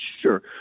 Sure